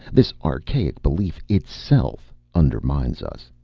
this archaic belief itself undermines us.